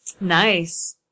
Nice